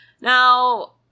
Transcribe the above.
Now